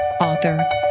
author